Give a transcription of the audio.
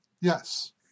Yes